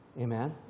Amen